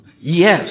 Yes